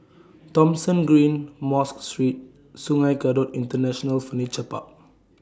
Thomson Green Mosque Street Sungei Kadut International Furniture Park